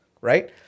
right